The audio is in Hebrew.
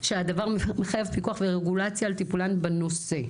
"שהדבר מחייב פיקוח ורגולציה לטיפולן בנושא".